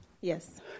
Yes